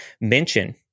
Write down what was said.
mention